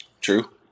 True